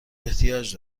احتیاج